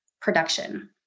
production